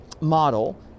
model